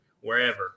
wherever